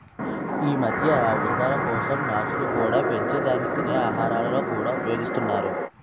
ఈ మధ్య ఔషధాల కోసం నాచును కూడా పెంచి దాన్ని తినే ఆహారాలలో కూడా ఉపయోగిస్తున్నారు